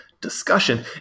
discussion